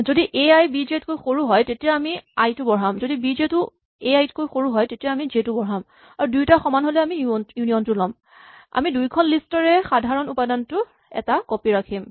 যদি A I B J তকৈ সৰু হয় তেতিয়া আমি আই টো বঢ়াম যদি বি জে টো এ আই তকৈ সৰু হয় তেতিয়া আমি জে টো বঢ়াম আৰু দুয়োটা সমান হ'লে আমি ইউনিয়ন টো ল'ম আমি দুয়োখন লিষ্ট ৰে সাধাৰণ উপাদানটোৰ এটা কপি ৰাখিম